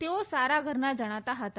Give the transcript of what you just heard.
તેઓ સારા ઘરના જણાતા હતા